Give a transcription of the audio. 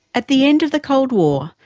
at the end of the cold war,